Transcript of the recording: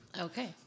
Okay